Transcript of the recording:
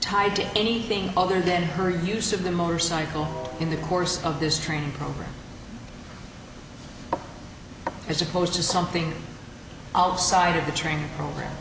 to anything other than her use of the motorcycle in the course of this training program as opposed to something outside of the training program